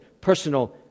personal